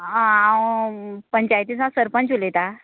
आं हांव पंचायती सावन सरपंच उलयतां